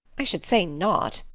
i should say not.